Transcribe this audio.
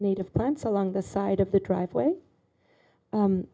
native plants along the side of the driveway